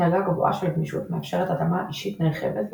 דרגה גבוהה של גמישות מאפשרת התאמה אישית נרחבת,